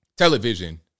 Television